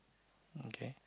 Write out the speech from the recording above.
okay